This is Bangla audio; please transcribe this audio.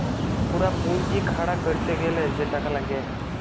পুরা পুঁজি খাড়া ক্যরতে গ্যালে যে টাকা লাগ্যে